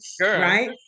Right